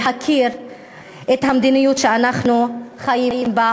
להכיר את המדיניות שאנחנו חיים בה.